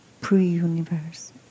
pre-universe